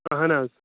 اہَن حظ